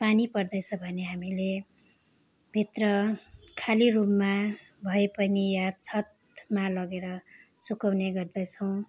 पानी पर्दैछ भने हामीले भित्र खाली रुममा भएर पनि या छतमा लगेर सुकाउने गर्दछौँ